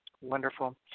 Wonderful